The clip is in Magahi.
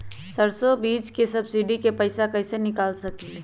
सरसों बीज के सब्सिडी के पैसा कईसे निकाल सकीले?